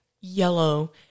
yellow